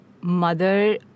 mother